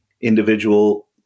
individual